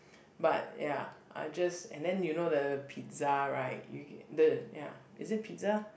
but ya I just and then you know the pizza right you ge~ the ya is it pizza